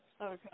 Okay